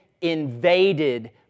invaded